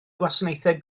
gwasanaethau